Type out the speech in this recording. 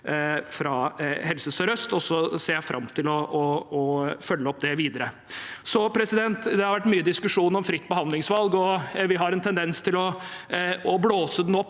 fra Helse sør-øst. Jeg ser fram til å følge opp det videre. Det har vært mye diskusjon om fritt behandlingsvalg, og vi har en tendens til å blåse det opp